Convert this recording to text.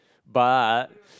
but